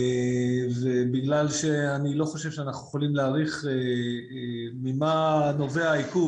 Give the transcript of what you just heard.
זה בגלל שאני לא חושב שאנחנו יכולים להעריך ממה נובע העיכוב.